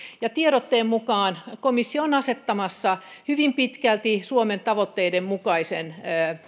ja tiedotteen mukaan komissio on asettamassa hyvin pitkälti suomen tavoitteiden mukaisen